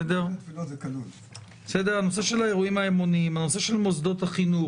הנושא של מוסדות החינוך,